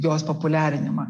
jos populiarinimą